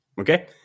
Okay